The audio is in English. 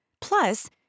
Plus